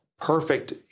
perfect